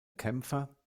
kämpfer